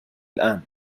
الآن